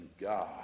God